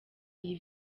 iyi